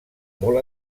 molt